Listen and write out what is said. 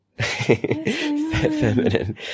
feminine